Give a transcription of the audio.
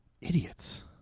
Idiots